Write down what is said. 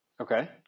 Okay